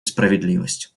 справедливость